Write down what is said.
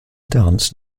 dance